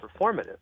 performative